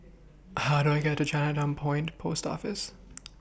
How Do I get to Chinatown Point Post Office